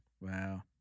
Wow